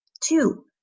Two